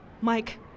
Mike